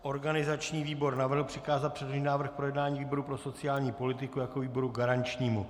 Organizační výbor navrhl přikázat předložený návrh k projednání výboru pro sociální politiku jako výboru garančnímu.